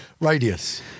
radius